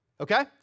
okay